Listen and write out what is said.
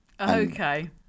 Okay